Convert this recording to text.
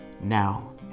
now